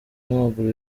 n’amaguru